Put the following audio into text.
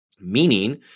Meaning